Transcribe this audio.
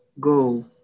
Go